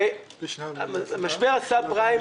במשבר הסאבפריים,